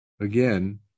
Again